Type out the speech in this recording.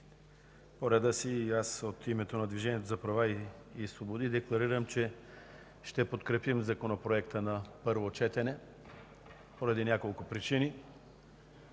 колеги, от името на Движението за права и свободи декларирам, че ще подкрепим Законопроекта на първо четене поради няколко причини.